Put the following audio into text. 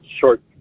short